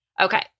Okay